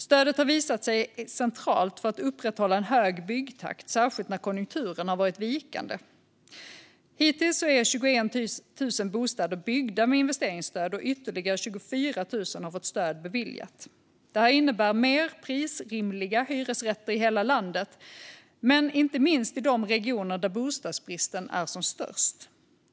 Stödet har visat sig centralt för att upprätthålla en hög byggtakt, särskilt när konjunkturen varit vikande. Hittills är 21 000 bostäder byggda med investeringsstöd, och ytterligare 24 000 har fått stöd beviljat. Det här innebär mer prisrimliga hyresrätter i hela landet, inte minst i de regioner där bostadsbristen är som störst.